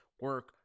Work